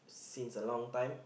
since a long time